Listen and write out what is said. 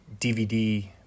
DVD